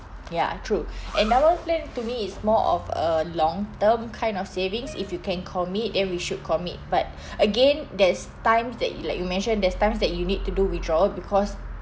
ya true endowment plan to me is more of a long term kind of savings if you can commit then we should commit but again there's times that you like you mentioned there's times that you need to do withdrawal because